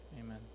Amen